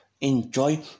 enjoy